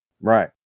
Right